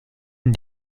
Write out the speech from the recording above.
une